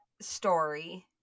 story